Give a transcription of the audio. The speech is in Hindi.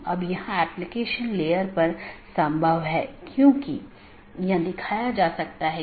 NLRI का उपयोग BGP द्वारा मार्गों के विज्ञापन के लिए किया जाता है